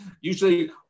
usually